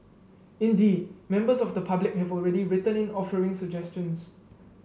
indeed members of the public have already written in offering suggestions